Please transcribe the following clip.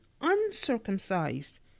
uncircumcised